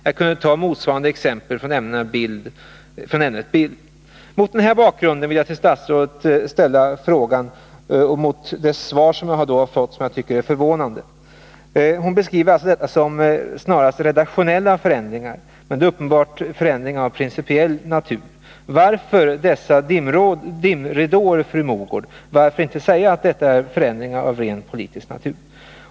Jag kunde ta motsvarande exempel från ämnet bild. Mot denna bakgrund är det förvånande att statsrådet Mogård i svaret beskriver de förändringar som gjorts i kursplanerna som förändringar som snarast är redaktionella. Det är dock uppenbart att de är av principiell natur. Jag vill därför fråga statsrådet: Varför dessa dimridåer, fru Mogård? Varför inte säga att det är fråga om förändringar av rent politisk natur?